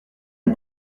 les